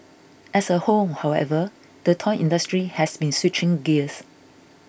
as a whole however the toy industry has been switching gears